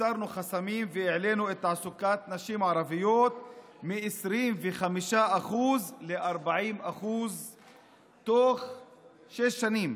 הסרנו חסמים והעלינו את תעסוקת הנשים הערביות מ-25% ל-40% תוך שש שנים.